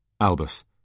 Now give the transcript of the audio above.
Albus